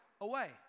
away